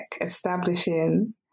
establishing